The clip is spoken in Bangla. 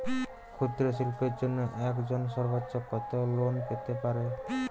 ক্ষুদ্রশিল্পের জন্য একজন সর্বোচ্চ কত লোন পেতে পারে?